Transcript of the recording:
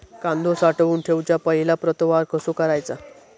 कांदो साठवून ठेवुच्या पहिला प्रतवार कसो करायचा?